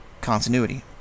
Continuity